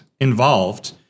involved